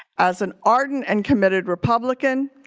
as an ardent and committed republican,